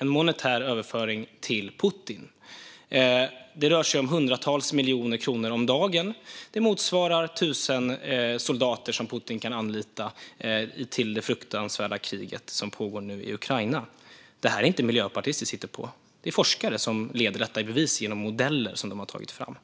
monetär överföring till Putin. Det rör sig om hundratals miljoner kronor om dagen. Det motsvarar 1 000 soldater som Putin kan anlita i det fruktansvärda krig som nu pågår i Ukraina. Detta är inte miljöpartistiskt hittepå. Det är forskare som leder detta i bevis genom modeller som de har tagit fram.